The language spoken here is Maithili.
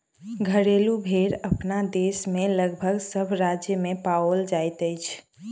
घरेलू भेंड़ अपना देश मे लगभग सभ राज्य मे पाओल जाइत अछि